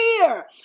fear